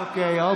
אוקיי.